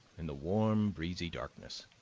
in the warm breezy darkness,